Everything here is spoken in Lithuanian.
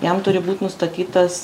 jam turi būt nustatytas